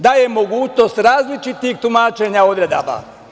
Daje mogućnost različitih tumačenje ovde nama.